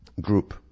group